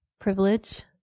privilege